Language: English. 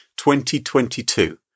2022